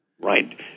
Right